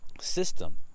system